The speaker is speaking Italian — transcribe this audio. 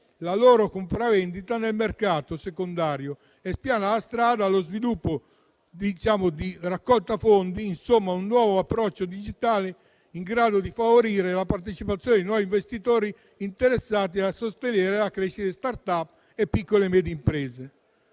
la loro compravendita nel mercato secondario e spiana la strada allo sviluppo di raccolta fondi. Insomma, è un nuovo approccio digitale in grado di favorire la partecipazione di nuovi investitori interessati a sostenere la crescita di *startup* e piccole e medie imprese.